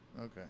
Okay